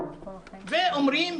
ואומרים,